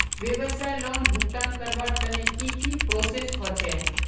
व्यवसाय लोन भुगतान करवार तने की की प्रोसेस होचे?